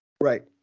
Right